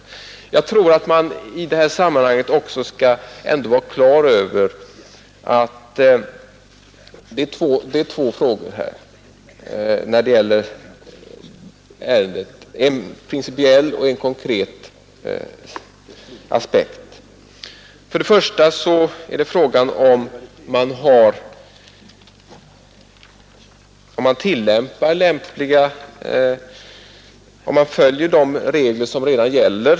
Men vi skall i sammanhanget ha klart för oss att det finns en principiell och en konkret aspekt på denna fråga. Den första är huruvida man följer de regler som nu gäller.